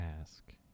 ask